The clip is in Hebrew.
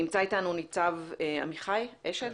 נמצא אתנו ניצב עמיחי אשל,